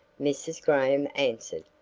mrs. graham answered.